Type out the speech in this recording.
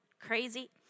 crazy